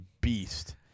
beast